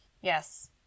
yes